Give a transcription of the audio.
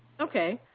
okay.